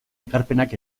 ekarpenak